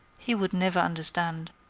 he would never understand.